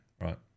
Right